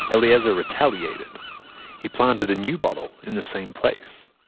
eliezer retaliated he planted a new bottle in the same place.